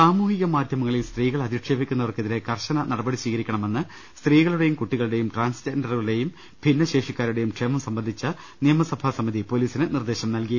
സാമൂഹ്യ മാധ്യമങ്ങളിൽ സ്ത്രീകളെ അധിക്ഷേപി ക്കുന്നവർക്കെതിരെ കർശന നടപടി സ്വീകരിക്കണമെന്ന് സ്ത്രീകളുടെയും കുട്ടികളുടേയും ട്രാൻസ് ജെൻഡറുകളുടേയും ഭിന്നശേഷിക്കാരുടെയും ക്ഷേമം സംബന്ധിച്ച നിയമസഭാ സമിതി പോലീസിന് നിർദേശം നൽകി